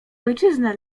ojczyznę